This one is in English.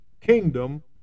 kingdom